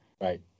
Right